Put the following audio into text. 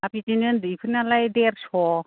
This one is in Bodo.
बिदिनो उन्दैफोरनालाय देरस'